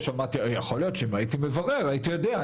יכול להיות שאם הייתי מברר הייתי יודע,